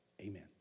amen